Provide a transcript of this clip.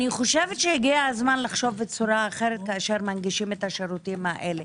הגיע הזמן לחשוב בצורה אחרת כאשר מנגישים את השירותים האלה